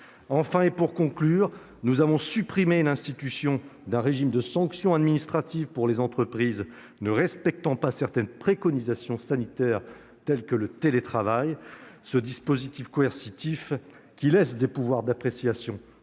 enfin, nous avons supprimé l'institution d'un régime de sanction administrative pour les entreprises ne respectant pas certaines préconisations sanitaires telles que le télétravail. Ce dispositif coercitif, qui laisse à l'inspection